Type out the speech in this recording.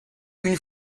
une